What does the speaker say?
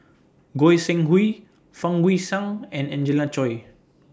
Goi Seng Hui Fang Guixiang and Angelina Choy